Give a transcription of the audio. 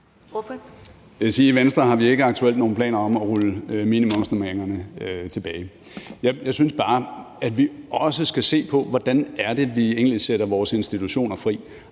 sige, at i Venstre har vi ikke aktuelt nogen planer om at rulle minimumsnormeringerne tilbage. Jeg synes bare, at vi også skal se på, hvordan vi egentlig sætter vores institutioner fri.